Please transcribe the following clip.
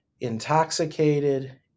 intoxicated